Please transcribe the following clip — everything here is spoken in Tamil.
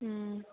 ம்